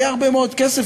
היה הרבה מאוד כסף,